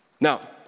Now